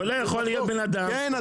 ולא יכול להיות בן אדם,